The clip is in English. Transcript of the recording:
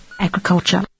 agriculture